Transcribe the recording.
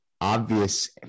obvious